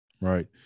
right